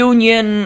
Union